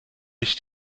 mich